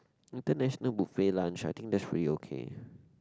international buffet lunch I think that's really okay